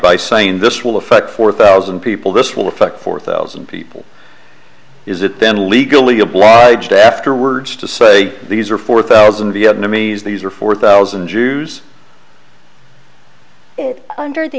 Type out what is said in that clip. by saying this will affect four thousand people this will affect four thousand people is it then legally obliged afterwards to say these are four thousand vietnamese these are four thousand jews under the